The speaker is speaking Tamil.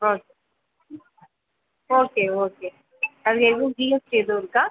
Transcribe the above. ஓகே ஓகே ஓகே அங்கே எதுவும் ஜிஎஸ்டி எதுவும் இருக்கா